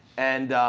and